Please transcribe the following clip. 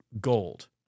gold